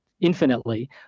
infinitely